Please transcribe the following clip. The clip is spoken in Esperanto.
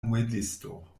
muelisto